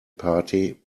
party